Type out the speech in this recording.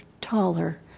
taller